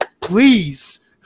please